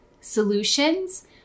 solutions